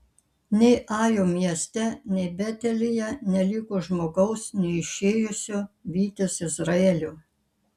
nei ajo mieste nei betelyje neliko žmogaus neišėjusio vytis izraelio